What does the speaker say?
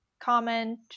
comment